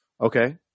Okay